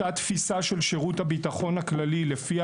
אותה תפיסה של שירות הביטחון הכללי לפיה